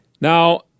Now